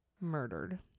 murdered